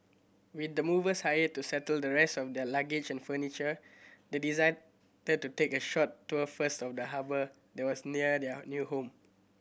with the movers hired to settle the rest of their luggage and furniture they decided to take a short tour first of the harbour that was near their new home